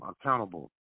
accountable